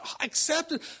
accepted